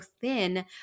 thin